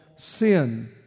sin